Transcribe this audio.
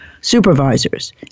supervisors